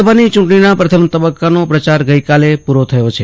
લોકસભાની ચૂંટણીના પ્રથમ તબક્કાનો પ્રચાર ગઈકાલે પુરો થયો છે